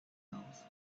miles